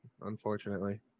unfortunately